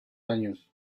años